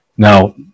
Now